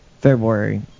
February